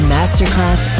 Masterclass